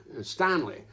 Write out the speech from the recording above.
Stanley